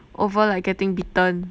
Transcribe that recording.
over like getting bitten